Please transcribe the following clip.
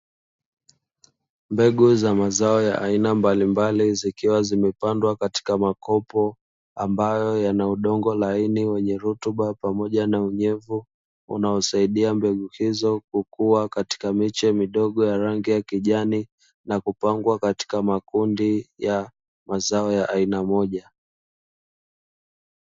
Mbegu za mazao ya aina mbalimbali zikiwa zimepandwa katika makopo, ambayo yana udongo laini wenye rutuba pamoja na unyevu unaosaidia mbegu hizo kukua katika miche midogo ya rangi ya kijani na kupangwa katika makundi ya mazao ya aina moja.